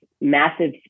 massive